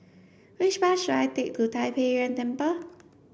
which bus should I take to Tai Pei Yuen Temple